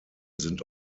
sind